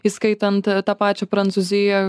įskaitant tą pačią prancūziją